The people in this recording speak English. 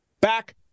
back